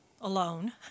alone